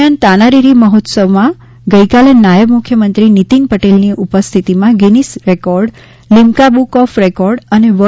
દરમ્યાન તાના રીરી મહોત્સવમાં ગઈકાલે નાયબ મુખ્યમંત્રી નીતિન પટેલની ઉપસ્થિતિમાં Guinness record Limca book of record અને વર્લ્ડ રેકોર્ડ તા